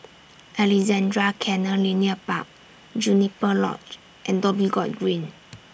Alexandra Canal Linear Park Juniper Lodge and Dhoby Ghaut Green